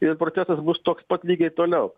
ir procesas bus toks pat lygiai toliau